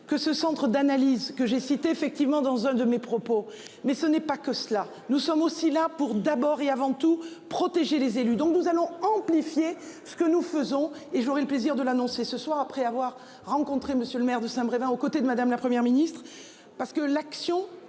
que ce centre d'analyse que j'ai cité effectivement dans un de mes propos, mais ce n'est pas que cela. Nous sommes aussi là pour d'abord et avant tout protéger les élus. Donc nous allons amplifier ce que nous faisons et j'aurai le plaisir de l'annoncer ce soir après avoir rencontré Monsieur le maire de Saint-Brévin aux côtés de madame, la Première ministre parce que l'action